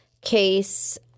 Case